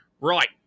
Right